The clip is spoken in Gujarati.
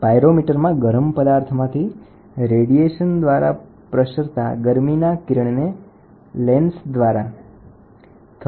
પાયરોમીટરમાં જો E એ સપાટી ઉપર આપાત થતું રેડિયેશન Wm² હોયΩ તે બોડી દ્વારા શોષણ થતો રેડિયેશન પાવરનો અમુક અંશ છે